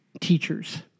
teachers